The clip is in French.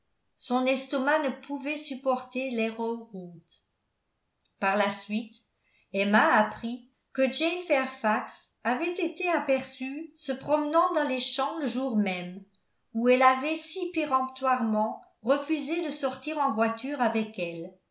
son estomac ne pouvait supporter l'arrow root par la suite emma apprit que jane fairfax avait été aperçue se promenant dans les champs le jour même où elle avait si péremptoirement refusé de sortir en voiture avec elle